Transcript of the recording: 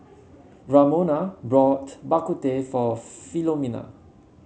Ramona bought Bak Kut Teh for Philomena